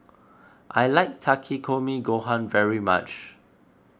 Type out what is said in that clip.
I like Takikomi Gohan very much